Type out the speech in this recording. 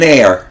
air